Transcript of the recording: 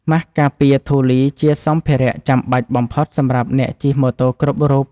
ម៉ាស់ការពារធូលីជាសម្ភារៈចាំបាច់បំផុតសម្រាប់អ្នកជិះម៉ូតូគ្រប់រូប។